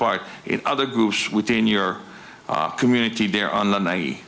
part in other groups within your community there on the night